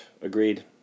Agreed